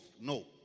No